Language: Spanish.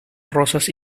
rosas